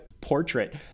portrait